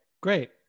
great